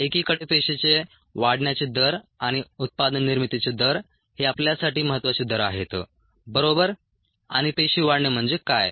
एकीकडे पेशीचे वाढण्याचे दर आणि उत्पादन निर्मितीचे दर हे आपल्यासाठी महत्वाचे दर आहेत बरोबर आणि पेशी वाढणे म्हणजे काय